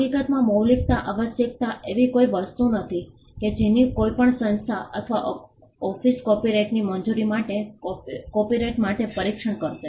હકીકતમાં મૌલિકતા આવશ્યકતા એવી કોઈ વસ્તુ નથી કે જેની કોઈ પણ સંસ્થા અથવા ઓફિસ કોપિરાઇટની મંજૂરી માટે કોપિરાઇટ માટે પરીક્ષણ કરશે